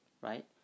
right